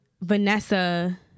Vanessa